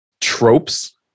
tropes